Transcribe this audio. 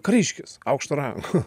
kariškis aukšto rango